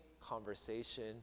conversation